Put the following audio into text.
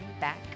back